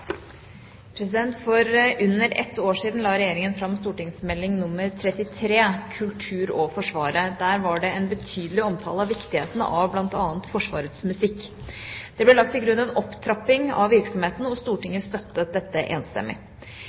under ett år siden la Regjeringa fram St.meld. nr. 33 for 2008–2009 «Kultur å forsvare» Om kulturvirksomheten i Forsvaret frem mot 2020, der det var betydelig omtale av viktigheten av blant annet Forsvarets musikk. Det ble lagt til grunn en opptrapping av virksomheten, og Stortinget støttet dette.